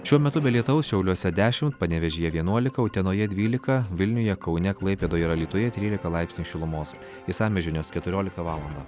šiuo metu be lietaus šiauliuose dešimt panevėžyje vienuolika utenoje dvylika vilniuje kaune klaipėdoje ir alytuje trylika laipsnių šilumos išsamios žinios keturioliktą valandą